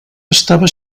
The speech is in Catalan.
estava